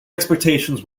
expectations